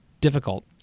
difficult